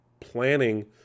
planning